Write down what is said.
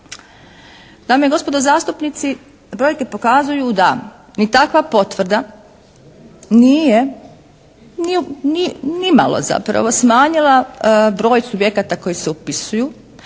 Dame i gospodo zastupnici, brojke pokazuju da ni takva potvrda nije nimalo zapravo smanjila broj subjekata koji se upisuju,